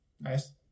Nice